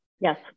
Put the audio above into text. Yes